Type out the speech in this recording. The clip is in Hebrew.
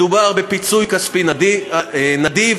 מדובר בפיצוי כספי נדיב,